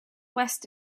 west